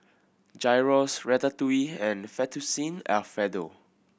Gyros Ratatouille and Fettuccine Alfredo